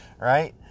right